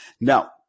Now